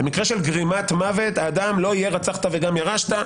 במקרה של גרימת מוות לא יהיה "הרצחת וגם ירשת".